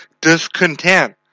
discontent